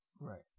Right